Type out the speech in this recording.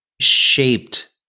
shaped